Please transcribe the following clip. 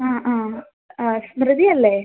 ആ ആ ആ സ്മൃതി അല്ലേ